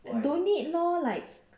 and don't need more like